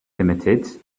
limited